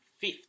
Fifth